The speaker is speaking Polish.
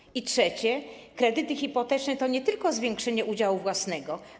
I po trzecie, kredyty hipoteczne to nie tylko zwiększenie udziału własnego.